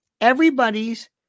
everybody's